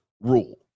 rule